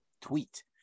tweet